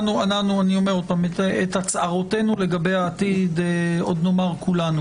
את הצהרותינו לגבי העתיד עוד נאמר כולנו.